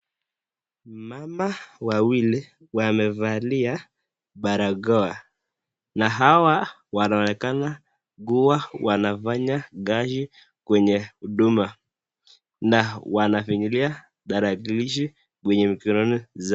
Mama wawili wamevaa barakoa na hawa wanaonekana kwa wanafanya kazi kwenye huduma na wanafinyilia tarakilishi kwenye mikononi zao.